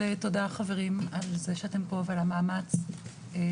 תודה רבים על כך שאתם פה ועל המאמץ שלכם